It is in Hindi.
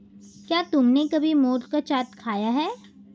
क्या तुमने कभी मोठ का चाट खाया है?